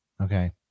Okay